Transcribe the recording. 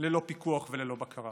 ללא פיקוח וללא בקרה